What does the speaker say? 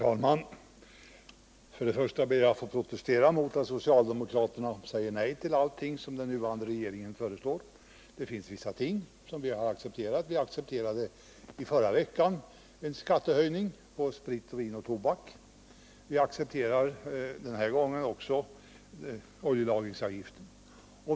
Herr talman! Först ber jag att få protestera mot påståendet att socialdemokraterna säger nej till allting som den nuvarande regeringen föreslår. Det finns vissa ting som vi har accepterat. Vi accepterade i förra veckan en skattehöjning på sprit, vin och tobak. Vi accepterar den här gången också oljelagringsavgiften.